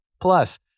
Plus